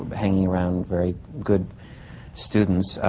but hanging around very good students.